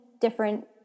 different